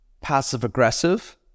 passive-aggressive